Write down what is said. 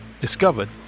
discovered